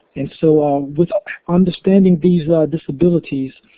and so with understanding these ah disabilities,